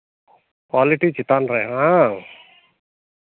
quality ᱪᱮᱛᱟᱱ ᱨᱮ ᱦᱟᱝ